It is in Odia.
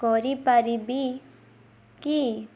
କରିପାରିବି କି